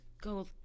go